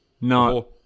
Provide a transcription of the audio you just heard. no